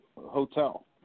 Hotel